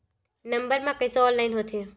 Number मा कइसे online होथे?